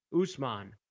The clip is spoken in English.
Usman